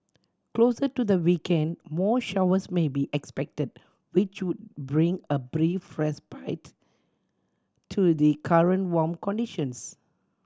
closer to the weekend more showers may be expected which would bring a brief respite to the current warm conditions